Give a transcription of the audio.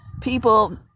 people